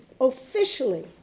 officially